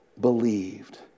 believed